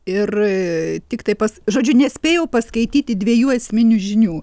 ir tiktai pas žodžiu nespėjau paskaityti dviejų esminių žinių